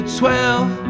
twelve